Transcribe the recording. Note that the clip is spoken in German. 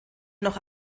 noch